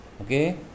Okay